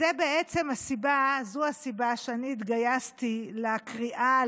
זו הסיבה שאני התגייסתי לקריאה,